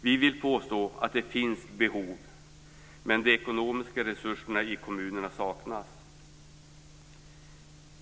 Vi vill påstå att det finns behov, men de ekonomiska resurserna saknas i kommunerna.